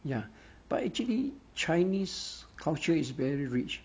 ya but actually chinese culture is very rich